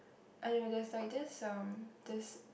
I don't know there is this like um this